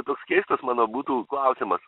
toks keistas mano būtų klausimas